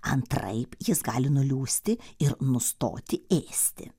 antraip jis gali nuliūsti ir nustoti ėsti